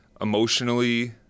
emotionally